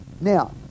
Now